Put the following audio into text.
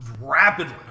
rapidly